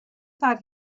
thought